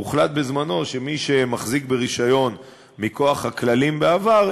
הוחלט בזמנו שמי שמחזיק ברישיון מכוח הכללים בעבר,